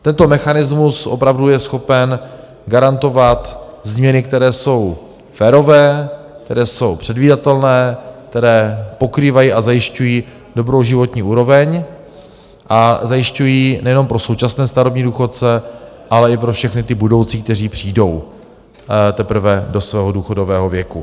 Tento mechanismus opravdu je schopen garantovat změny, které jsou férové, které jsou předvídatelné, které pokrývají a zajišťují dobrou životní úroveň, a zajišťují nejen pro současné starobní důchodce, ale i pro všechny ty budoucí, kteří přijdou teprve do svého důchodového věku.